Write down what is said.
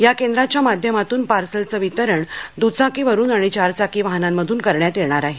या केंद्राच्या माधम्यातून पार्सलचे वितरण द्चाकीवरून आणि चार चाकी वाहनांमध्रन करण्यात येणार आहे